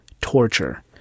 torture